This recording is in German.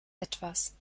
etwas